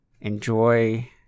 enjoy